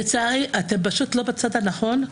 לצערי, אתם פשוט לא בצד הנכון,